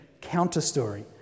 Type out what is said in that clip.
counter-story